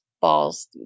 balls